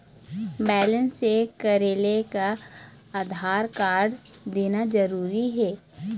Balance check करेले का Aadhaar card देना जरूरी हे?